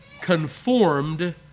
conformed